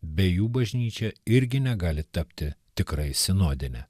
be jų bažnyčia irgi negali tapti tikrai sinodine